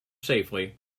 safely